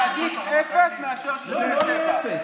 אין פה שום שינוי תקציבי.